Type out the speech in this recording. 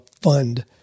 fund